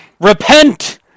Repent